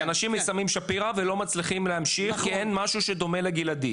כי אנשים מסיימים שפירא ולא מצליחים להמשיך כי אין משהו שדומה לגלעדי?